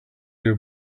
your